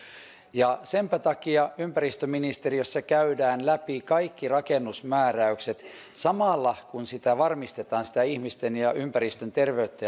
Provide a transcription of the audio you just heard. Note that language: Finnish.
ja senpä takia ympäristöministeriössä käydään läpi kaikki rakennusmääräykset samalla kun varmistetaan sitä ihmisten ja ympäristön terveyttä